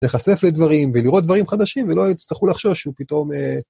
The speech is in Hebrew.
‫להחשף לדברים ולראות דברים חדשים ‫ולא יצטרכו לחשוש שהוא פתאום...